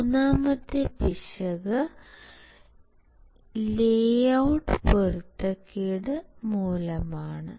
മൂന്നാമത്തെ പിശക് ലേഔട്ട് പൊരുത്തക്കേട് മൂലമാണ്